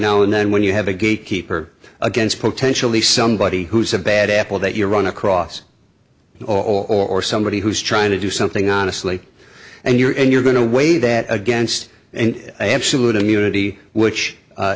now and then when you have a gatekeeper against potentially somebody who's a bad apple that you run across or somebody who's trying to do something honestly and you're and you're going to weigh that against an absolute immunity which